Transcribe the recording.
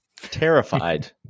terrified